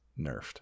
nerfed